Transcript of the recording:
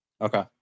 Okay